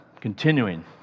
continuing